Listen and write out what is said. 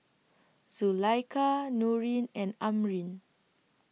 Zulaikha Nurin and Amrin